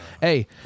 hey